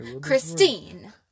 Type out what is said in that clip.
Christine